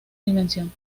dimensión